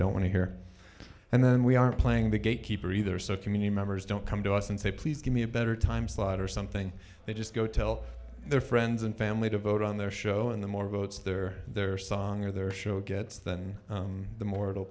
don't want to hear and then we aren't playing the gatekeeper either so community members don't come to us and say please give me a better time slot or something they just go tell their friends and family to vote on their show and the more votes there their song or their show gets than the more